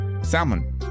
salmon